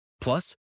Plus